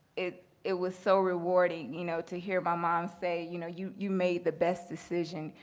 it it was so rewarding, you know, to hear my mom say, you know, you you made the best decision,